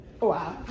Wow